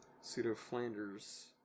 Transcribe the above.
pseudo-Flanders